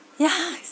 yeah